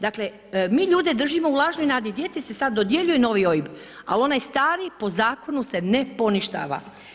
Dakle mi ljude držimo u lažnoj nadi, djeci se sad dodjeljuje novi OIB a onaj stari po zakonu se ne poništava.